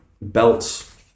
Belts